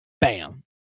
bam